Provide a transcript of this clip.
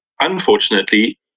unfortunately